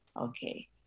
okay